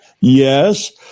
yes